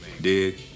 Dig